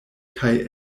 kaj